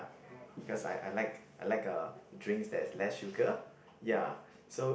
because I I like I like uh drinks that is less sugar ya so